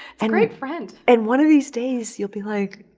and great friend. and one of these days you'll be like,